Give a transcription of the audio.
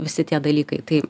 visi tie dalykai tai